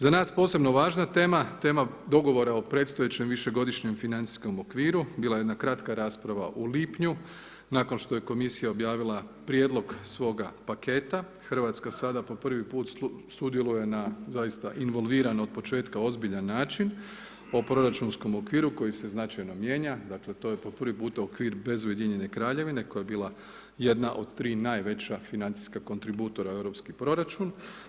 Za nas posebno važna tema, tema dogovora o predstojećem višegodišnjem financijskom okviru, bila je jedna kratka rasprava u lipnju nakon što je Komisija objavila prijedlog svoga paketa, RH sada po prvi put sudjeluje na doista, involviran od početka ozbiljan način o proračunskom okviru koji se značajno mijenja, dakle, to je po prvi puta okvir bez Ujedinjene Kraljevine koja je bila jedna od 3 najveća financijska kontributora u Europski proračun.